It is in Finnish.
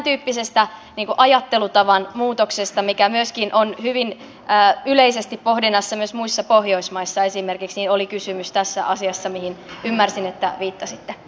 eli tämäntyyppisestä ajattelutavan muutoksesta mikä myöskin on hyvin yleisesti pohdinnassa myös muissa pohjoismaissa esimerkiksi oli kysymys tässä asiassa mihin ymmärsin että viittasitte